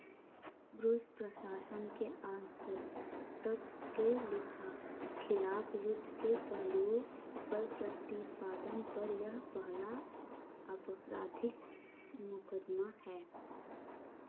brush प्रशासन के आंतक तक के लिफ़ा ख़िलाफ़ युद्ध के पहलुओं पर प्रतिपादन पर यह पहला आपराधिक मुकदमा है